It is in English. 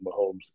Mahomes